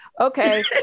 Okay